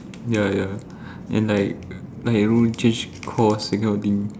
ya ya and like like you know change course that kind of thing